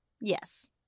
Yes